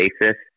basis